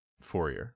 Fourier